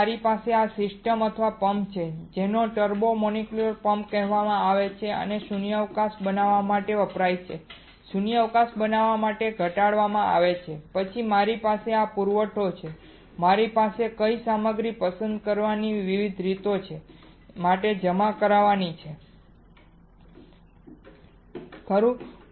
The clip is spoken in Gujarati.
પછી મારી પાસે આ સિસ્ટમ અથવા પંપ છે જેને ટર્બો મોલેક્યુલર પંપ કહેવાય છે અને શૂન્યાવકાશ બનાવવા માટે વપરાય છે શૂન્યાવકાશ બનાવવા માટે ઘટાડવામાં આવે છે અને પછી મારી પાસે આ પુરવઠો છે મારી પાસે કઈ સામગ્રી પસંદ કરવાની વિવિધ રીતો છે મારે જમા કરાવવી છે ખરું